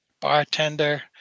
bartender